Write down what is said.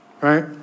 right